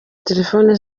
telefoni